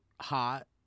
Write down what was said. hot